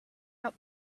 out